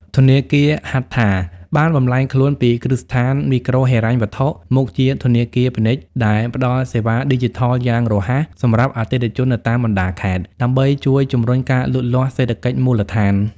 ធនាគារ ហត្ថា (Hattha) បានបម្លែងខ្លួនពីគ្រឹះស្ថានមីក្រូហិរញ្ញវត្ថុ មកជាធនាគារពាណិជ្ជដែលផ្ដល់សេវាឌីជីថលយ៉ាងរហ័សសម្រាប់អតិថិជននៅតាមបណ្ដាខេត្ត ដើម្បីជួយជម្រុញការលូតលាស់សេដ្ឋកិច្ចមូលដ្ឋាន។